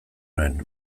nuen